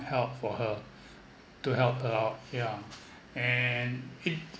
help for her to help her out yeah and it